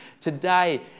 today